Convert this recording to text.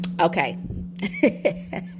Okay